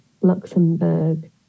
Luxembourg